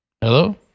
hello